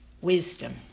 Wisdom